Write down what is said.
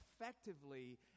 effectively